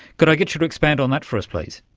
could i get you to expand on that for us please?